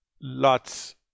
lots